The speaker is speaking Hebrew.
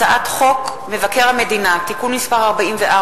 הצעת חוק מבקר המדינה (תיקון מס' 44),